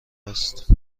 است